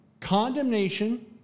Condemnation